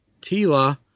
Tila